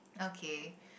okay